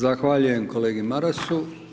Zahvaljujem kolegi Marasu.